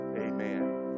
amen